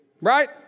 right